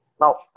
Now